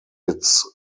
its